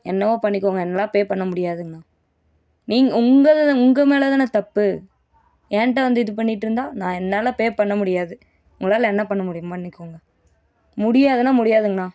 என்னவோ பண்ணிக்கோங்க என்னால் பே பண்ண முடியாதுங்கண்ணா நீங் உங்களை உங்க மேலதான தப்பு என்ட்ட வந்து இது பண்ணிட்டுருந்தா நான் என்னால பே பண்ண முடியாது உங்களால் என்ன பண்ணமுடியுமோ பண்ணிக்கோங்க முடியாதுனா முடியாதுங்கண்ணா